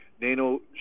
Nano